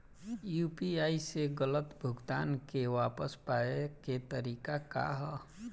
UPI से गलत भुगतान के वापस पाये के तरीका का ह?